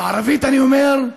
בערבית אני אומר: